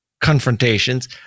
confrontations